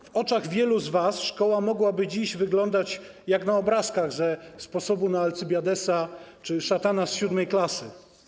W oczach wielu z was szkoła mogłaby dziś wyglądać jak na obrazkach ze „Sposobu na Alcybiadesa” czy „Szatana z siódmej klasy”